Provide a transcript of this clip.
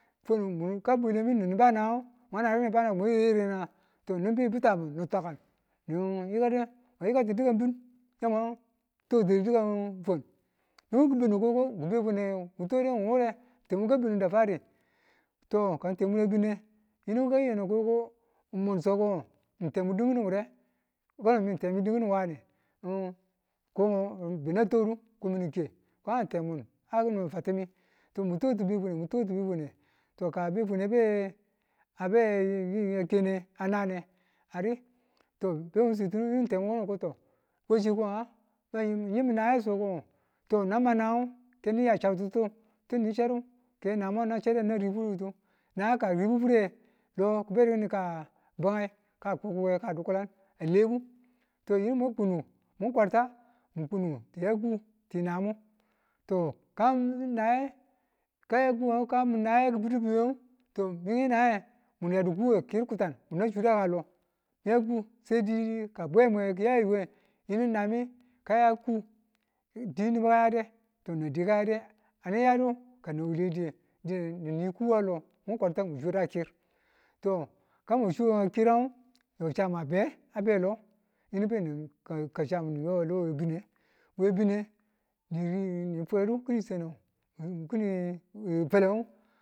Fwanu mun ka bwelemu ni̱nu banangen mwa na ni̱nu banang mwa yiredu yirene nga? yinu ni̱nni bi̱ttambu ni twakan niyikadu. ni yikatu di̱kan bin ya mwan twakte fwan nubu ki̱ bindu koko ng ki̱ befwane mu kwakide wu wure temun ka bi̱nu to ka temuna bine yinu kayandu ko ko ng munso ko ngo, ng temun dikinu wure? temi din kinu wane ng bena twakdu ng ko mịn ng ke ko ng temun a no fatemi to mutwaki befwane mutwaki ng ti befwane to ka befwane ng abe a kene anane ari to beni swetinu temu kono koto washi ko nga mi yiu min naye so ko ngo to nama nagang keni ya chaptutu tini chaddu ke nayemu na chaddu na ri furitu. Na ka a ribu furre to ki̱bedu kinika bungi ka kukkuke ka dukulan alebu to yinu mwan kunu mun kwarta ng kunu ti yaku tinamo to kan ngu naye kaya kuwang ngu to nwi naye to mwan yadu kuu we kiru kutan nan suda lo kawe sai di ka bwe a mwe kiya yayo yinu naye ka yaku di nubu kayade to nan di ka yade ane yadu kanan wuwulediye dine ni̱ni ku wa lo mun kwalta mu sudo kir to ka ma chu a kirang, yo cham abeyang, abe lo yinu beni ka- ka cham ni yo we lo a bi̱ne ni fwedu ki̱nin sanang ngu ki̱ni falanngu